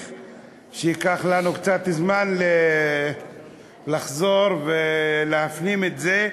שייקח לנו קצת זמן לחזור ולהפנים את זה: